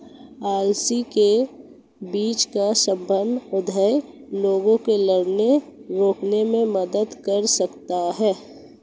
अलसी के बीज का सेवन हृदय रोगों से लड़ने रोकने में मदद कर सकता है